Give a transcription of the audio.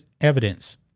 evidence